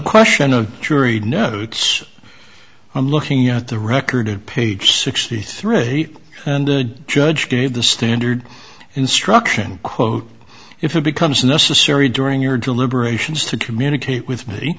which i'm looking at the record page sixty three the judge gave the standard instruction quote if it becomes necessary during your deliberations to communicate with